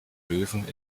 löwen